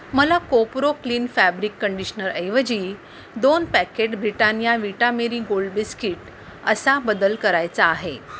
मला कोपरो clean fabric कंडिशनरऐवजी दोन packet Britannia Vita Marie Gold biscuit असा बदल करायचा आहे